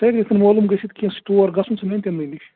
مولوٗم گٔژھِتھ کینٛہہ تور گژھُن سُہ ننہِ تِمنے نش